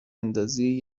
اندازی